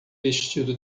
vestido